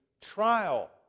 trial